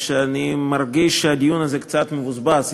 שאני מרגיש שהדיון הזה קצת מבוזבז.